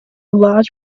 large